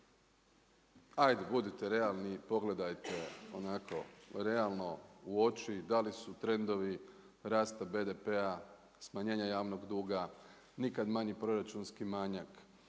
ajde budite realni i pogledajte onako realno u oči, da li su trendovi rasta BDP-a, smanjenje javnog duga nikad manjim proračunski manjak,